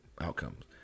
outcomes